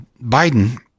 Biden